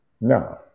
No